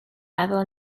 meddwl